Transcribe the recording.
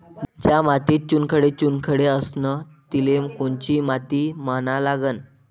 ज्या मातीत चुनखडे चुनखडे असन तिले कोनची माती म्हना लागन?